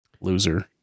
Loser